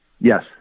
Yes